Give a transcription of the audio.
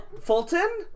Fulton